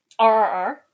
RRR